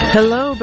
Hello